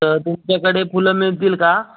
तर तुमच्याकडे फुलं मिळतील का